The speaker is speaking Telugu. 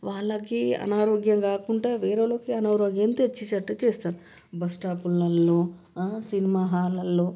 వాళ్ళకి అనారోగ్యం కాకుండా వేరే వాళ్ళకి అనారోగ్యం తెచ్చేటట్టు చేస్తారు బస్టాప్లలో సినిమా హాల్లలో